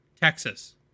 Texas